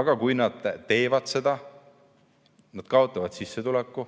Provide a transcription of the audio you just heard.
aga kui nad teevad seda, siis nad kaotavad sissetuleku,